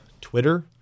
Twitter